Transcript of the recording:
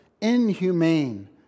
inhumane